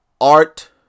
Art